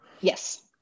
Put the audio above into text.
Yes